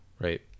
Right